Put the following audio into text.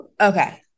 Okay